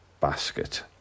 basket